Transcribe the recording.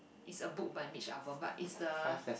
it's a book by Mitch-Albom but it's the